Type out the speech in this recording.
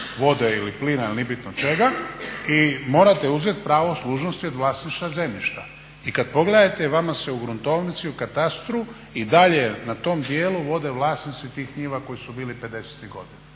vode ili plina, ili nije bitno čega i morate uzeti pravo služnosti od vlasništva zemljišta. I kad pogledate vama se u gruntovnici i u katastru i dalje na tom djelu vode vlasnici tih njiva koji su bili 50.tih godina.